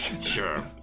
Sure